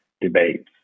debates